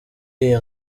iyo